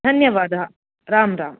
धन्यवादाः राम् राम्